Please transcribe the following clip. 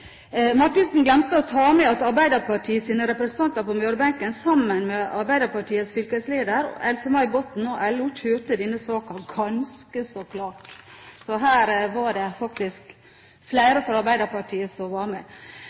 Marthinsen glemte å ta med at Arbeiderpartiets representanter på Møre-benken, inkludert Else-May Botten, sammen med Arbeiderpartiets fylkesleder og LO kjørte denne saken ganske så klart. Så her var det faktisk flere fra Arbeiderpartiet som var med.